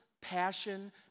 passion